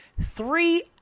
three